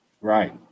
Right